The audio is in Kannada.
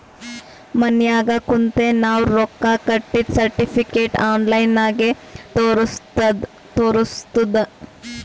ಮನ್ಯಾಗ ಕುಂತೆ ನಾವ್ ರೊಕ್ಕಾ ಕಟ್ಟಿದ್ದ ಸರ್ಟಿಫಿಕೇಟ್ ಆನ್ಲೈನ್ ನಾಗೆ ತೋರಸ್ತುದ್